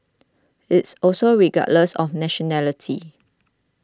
it's also regardless of nationality